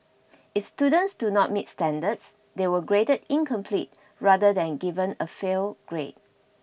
if students do not meet standards they were graded incomplete rather than given a fail grade